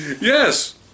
Yes